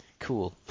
Cool